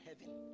heaven